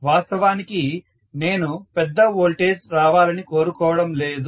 వాస్తవానికి నేను పెద్ద వోల్టేజ్ రావాలని కోరుకోవడం లేదు